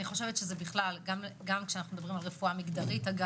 זה בכלל, גם כשמדברים על רפואה מגדרית.